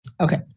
Okay